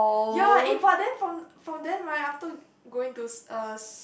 ya eh but then from from then right after going to s~ uh s~